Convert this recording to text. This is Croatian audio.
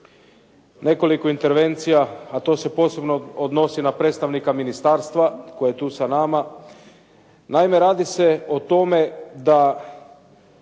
nekoliko intervencija, a to se posebno odnosi na predstavnika ministarstva koje je tu sa nama. Naime, radi se o tome da